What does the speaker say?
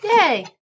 Yay